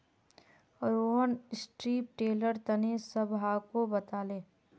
Rohan strip tiller तने सबहाको बताले